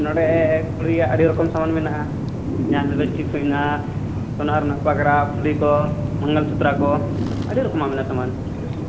ᱱᱚᱸᱰᱮ ᱠᱩᱲᱤᱭᱟᱜ ᱟᱹᱰᱤ ᱨᱚᱠᱚᱢ ᱥᱟᱢᱟᱱ ᱢᱮᱱᱟᱜᱼᱟ ᱡᱟᱦᱟᱸ ᱞᱮᱵᱮᱥᱴᱤᱠ ᱢᱮᱱᱟᱜᱼᱟ ᱥᱚᱱᱟ ᱨᱮᱱᱟᱜ ᱯᱟᱜᱽᱨᱟ ᱪᱩᱲᱤ ᱠᱚ ᱢᱚᱝᱜᱚᱞ ᱥᱩᱛᱨᱚ ᱠᱚ ᱟᱹᱰᱤ ᱨᱚᱠᱚᱢᱟᱜ ᱢᱮᱱᱟᱜᱼᱟ ᱥᱟᱢᱟᱱ